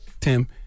Tim